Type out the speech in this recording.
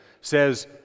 says